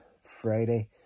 Friday